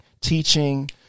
teaching